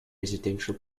residential